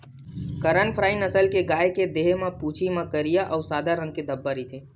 करन फ्राइ नसल के गाय के देहे म, पूछी म करिया अउ सादा रंग के धब्बा रहिथे